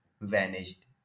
vanished